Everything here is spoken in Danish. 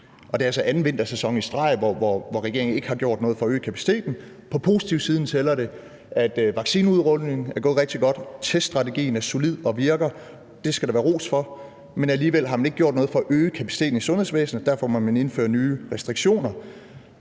det er altså anden vintersæson i streg, hvor regeringen ikke har gjort noget for at øge kapaciteten. På positivsiden tæller det, at vaccineudrulningen er gået rigtig godt, at teststrategien er solid og virker – det skal der være ros for – men alligevel har man ikke gjort noget for at øge kapaciteten i sundhedsvæsenet, og derfor må man indføre nye restriktioner.